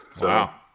wow